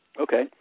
Okay